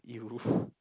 [eww]